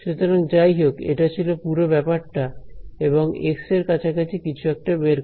সুতরাং যাইহোক এটা ছিল পুরো ব্যাপারটা এবং এক্স এর কাছাকাছি কিছু একটা বের করা